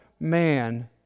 man